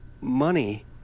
money